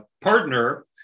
partner